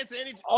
anytime